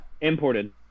Imported